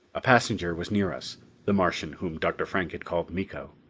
a passenger was near us the martian whom dr. frank had called miko.